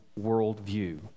worldview